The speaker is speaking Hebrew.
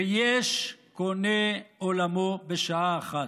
ו"יש קונה עולמו בשעה אחת".